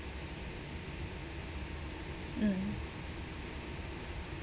mm